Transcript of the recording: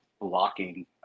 blocking